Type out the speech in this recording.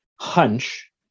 hunch